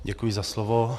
Děkuji za slovo.